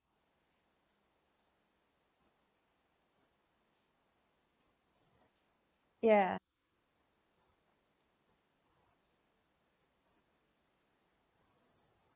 ya